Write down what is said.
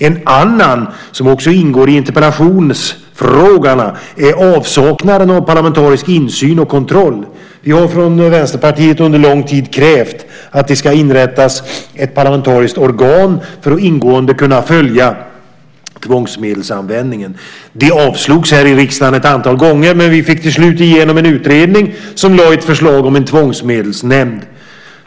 En annan, som också ingår i interpellationsfrågorna, är avsaknaden av parlamentarisk insyn och kontroll. Vi har från Vänsterpartiet under lång tid krävt att det ska inrättas ett parlamentariskt organ för att ingående kunna följa tvångsmedelsanvändningen. Det avslogs ett antal gånger i riksdagen, men till slut fick vi igenom en utredning som lade fram ett förslag om en tvångsmedelsnämnd.